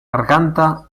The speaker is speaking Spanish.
garganta